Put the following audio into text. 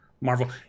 Marvel